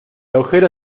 agujero